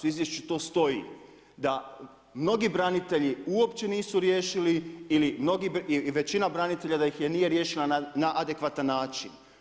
U izvješću to stoji, da mnogi branitelji uopće nisu riješili ili većina branitelja da ih nije riješila na adekvatan način.